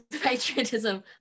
patriotism